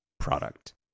product